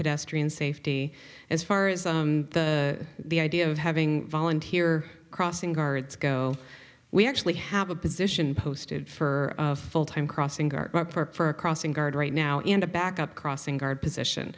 pedestrian safety as far as the the idea of having volunteer crossing guards go we actually have a position posted for full time crossing guard for a crossing guard right now and a back up crossing guard position